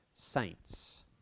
saints